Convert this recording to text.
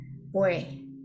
boy